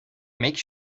make